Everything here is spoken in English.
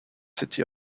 city